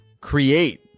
create